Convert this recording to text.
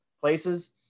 places